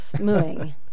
mooing